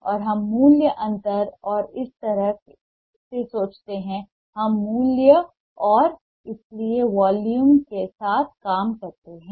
और हम मूल्य अंतर और इस तरह से सोचते हैं हम मूल्य और इसलिए वॉल्यूम के साथ काम करते हैं